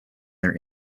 their